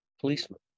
policeman